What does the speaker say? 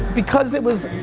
because it was,